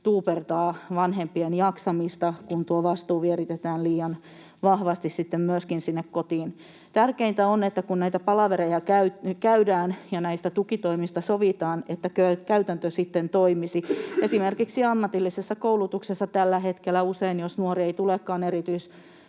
tuupertaa vanhempien jaksamista, kun tuo vastuu vieritetään liian vahvasti sitten myöskin sinne kotiin. Tärkeintä on, kun näitä palavereja käydään ja näistä tukitoimista sovitaan, että käytäntö sitten toimisi. Esimerkiksi ammatillisessa koulutuksessa tällä hetkellä usein, jos nuori ei tulekaan erityisopetukseen